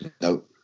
No